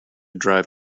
drive